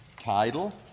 title